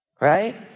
right